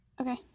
Okay